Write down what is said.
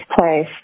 place